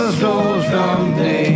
someday